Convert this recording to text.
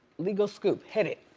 legal scoop hit it.